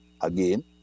again